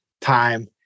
time